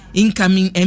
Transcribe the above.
incoming